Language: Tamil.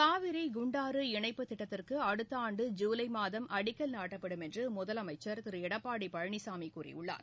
காவிரி குண்டாறு இணைப்புத்திட்டத்திற்குஅடுத்தஆண்டு ஜுலைமாதம் அடிக்கல் நாட்டப்படும் என்றுமுதலமைச்சா் திருஎடப்பாடிபழனிசாமிகூறியுள்ளார்